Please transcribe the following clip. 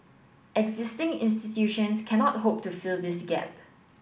existing institutions cannot hope to fill this gap